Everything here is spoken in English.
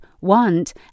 want